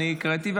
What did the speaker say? הקראתי,